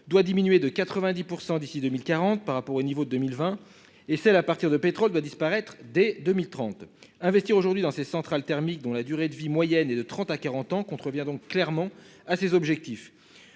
doit diminuer de 90% d'ici 2040 par rapport au niveau de 2020 et celle à partir de pétrole va disparaître dès 2030 investir aujourd'hui dans ses centrales thermiques dont la durée de vie moyenne et de 30 à 40 ans contrevient donc clairement à ses objectifs.